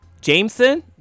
Jameson